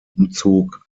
umzug